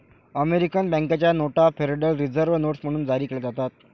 American बँकेच्या नोटा Federal Reserve notes म्हणून जारी केल्या जातात